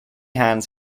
hands